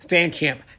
FanChamp